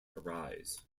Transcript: arise